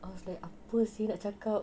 I was like apa seh nak cakap